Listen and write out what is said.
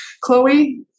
Chloe